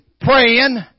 praying